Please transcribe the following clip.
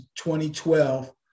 2012